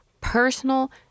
personal